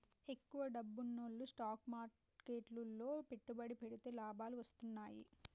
ఎక్కువ డబ్బున్నోల్లు స్టాక్ మార్కెట్లు లో పెట్టుబడి పెడితే లాభాలు వత్తన్నయ్యి